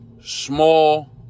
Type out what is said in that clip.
small